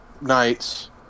nights